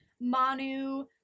Manu